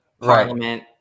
parliament